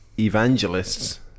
evangelists